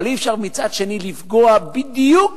אבל אי-אפשר מצד שני לפגוע בדיוק